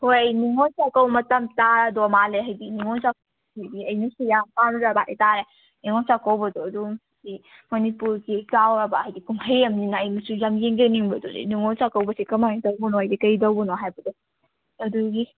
ꯍꯣꯏ ꯅꯤꯉꯣꯜ ꯆꯥꯛꯀꯧ ꯃꯇꯝ ꯇꯥꯔꯗꯧ ꯃꯥꯜꯂꯦ ꯍꯥꯏꯗꯤ ꯅꯤꯉꯣꯜ ꯆꯥꯛ ꯀꯧꯕꯗꯤ ꯑꯩꯅꯁꯨ ꯌꯥꯝ ꯄꯥꯝꯖꯕ ꯍꯥꯏꯇꯥꯔꯦ ꯅꯤꯉꯣꯜ ꯆꯥꯛ ꯀꯧꯕꯗꯣ ꯑꯗꯨꯝꯗꯤ ꯃꯅꯤꯄꯨꯔꯒꯤ ꯆꯥꯎꯔꯕ ꯍꯥꯏꯗꯤ ꯀꯨꯝꯍꯩ ꯑꯃꯅꯤꯅ ꯑꯩꯅꯁꯨ ꯌꯥꯝ ꯌꯦꯡꯖꯅꯤꯡꯕ ꯑꯗꯨꯗꯩ ꯅꯤꯉꯣꯜ ꯆꯥꯛ ꯀꯧꯕꯁꯦ ꯀꯃꯥꯏꯅ ꯇꯧꯕꯅꯣ ꯍꯥꯏꯗꯤ ꯀꯩꯗꯧꯕꯅꯣ ꯍꯥꯏꯕꯗꯣ ꯑꯗꯨꯒꯤ